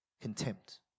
Contempt